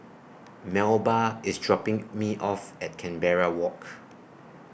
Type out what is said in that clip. Melba IS dropping Me off At Canberra Walk